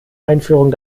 einführung